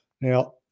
Now